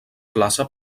plaça